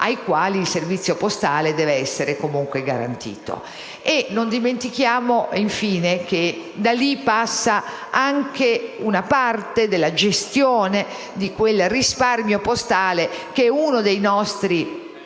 ai quali il servizio postale deve essere comunque garantito. Non dimentichiamo infine che da lì passa anche una parte della gestione di quel risparmio postale che è uno dei capisaldi